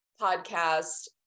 podcast